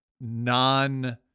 non